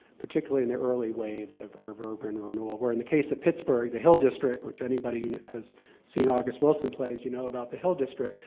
particularly in the early waves of urban renewal, where, in the case of pittsburgh, the hill district, which anybody who has seen august wilson plays, you know about the hill district,